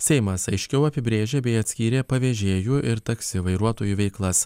seimas aiškiau apibrėžė bei atskyrė pavėžėjų ir taksi vairuotojų veiklas